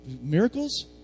Miracles